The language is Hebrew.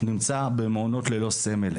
נמצא במעונות ללא סמל,